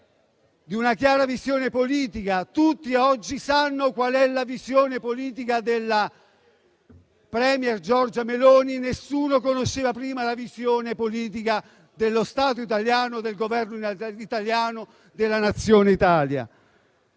di una chiara visione politica; tutti oggi sanno qual è la visione politica della *premier* Giorgia Meloni, mentre nessuno conosceva prima la visione politica dello Stato italiano, del Governo italiano, della Nazione Italia.